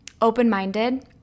open-minded